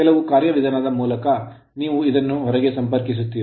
ಕೆಲವು ಕಾರ್ಯವಿಧಾನ ದ ಮೂಲಕ ನೀವು ಇದನ್ನು ಹೊರಗೆ ಸಂಪರ್ಕಿಸುತ್ತೀರಿ